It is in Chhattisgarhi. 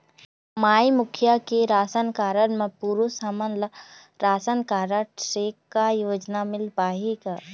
माई मुखिया के राशन कारड म पुरुष हमन ला रासनकारड से का योजना मिल पाही का?